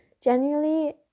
genuinely